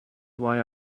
why